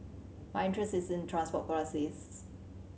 my interest is in transport policies